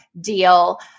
deal